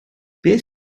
beth